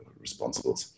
responsible